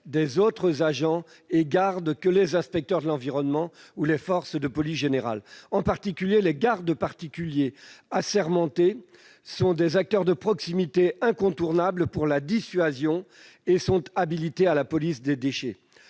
des autres agents et gardes que les inspecteurs de l'environnement ou les forces de police générale. Les gardes particuliers assermentés, notamment, sont des acteurs de proximité incontournables pour la dissuasion et sont habilités à la police des déchets.